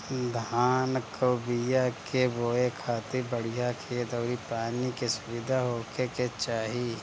धान कअ बिया के बोए खातिर बढ़िया खेत अउरी पानी के सुविधा होखे के चाही